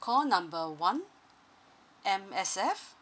call number one M_S_F